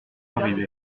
arrivé